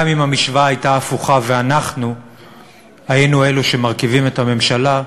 גם אם המשוואה הייתה הפוכה ואנחנו היינו אלו שמרכיבים את הממשלה,